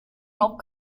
noch